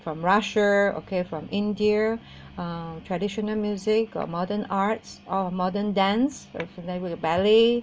from russia okay from india uh traditional music or modern arts or modern dance or for they would have belly